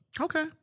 Okay